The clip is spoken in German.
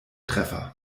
treffer